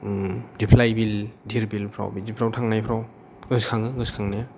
दिफ्लाय बिल धिर बिलफ्राव बिदिफ्राव थांनायफ्राव गोसखाङो